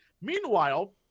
Meanwhile